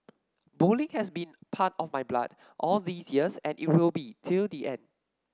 bowling has been part of my blood all these years and it will be till the end